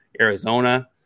Arizona